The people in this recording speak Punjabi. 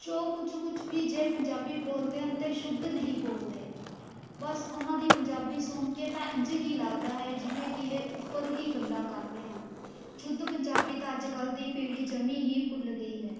ਜੋ ਕੁਛ ਕੁਛ ਵੀ ਜੇ ਪੰਜਾਬੀ ਬੋਲਦੇ ਹਨ ਤਾਂ ਸ਼ੁੱਧ ਨਹੀਂ ਬੋਲਦੇ ਬਸ ਉਹਨਾਂ ਦੀ ਪੰਜਾਬੀ ਸੁਣ ਕੇ ਤਾਂ ਇੰਝ ਹੀ ਲੱਗਦਾ ਹੈ ਜਿਵੇਂ ਕਿ ਇਹ ਉੱਪਰ ਹੀ ਗੱਲਾਂ ਕਰ ਰਹੇ ਹਨ ਸ਼ੁੱਧ ਪੰਜਾਬੀ ਤਾਂ ਅੱਜ ਕੱਲ੍ਹ ਦੀ ਪੀੜ੍ਹੀ ਜਮੀ ਹੀ ਭੁੱਲ ਗਈ ਹੈ